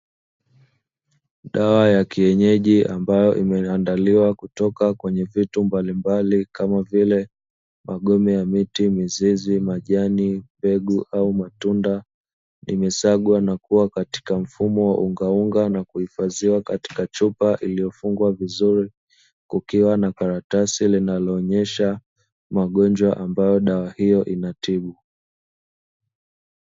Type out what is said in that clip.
Dawa ya kienyeji ambayo imeandaliwa kutoka kwenye vitu mbalimbali kama vile; magome ya miti, mizizi majani, mbegu au matunda imesagwa na kuwa katika mfumo wa ungaunga na kuhifadhiwa katika chupa iliyofungwa vizuri, kukiwa na karatasi linaloonyesha magonjwa ambayo dawa hiyo inatibu.